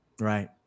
Right